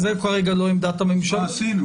המספרים